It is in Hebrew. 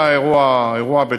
שמתי בדף